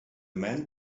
men